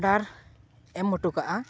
order ᱮᱢ ᱚᱴᱚ ᱠᱟᱜᱼᱟ